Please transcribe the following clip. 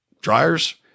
dryers